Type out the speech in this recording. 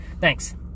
Thanks